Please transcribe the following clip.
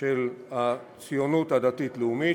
של הציונות הדתית-לאומית,